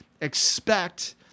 expect